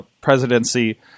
presidency